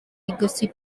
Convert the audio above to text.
legacy